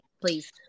Please